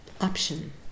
option